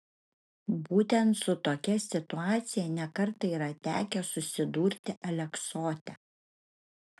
būtent su tokia situacija ne kartą yra tekę susidurti aleksote